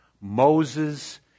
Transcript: Moses